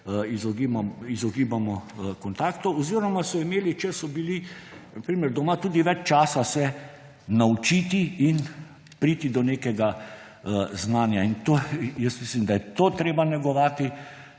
izogibamo kontaktov, oziroma so imeli, če so bili na primer doma, tudi več časa se naučiti in priti do nekega znanja. Mislim, da je to treba negovati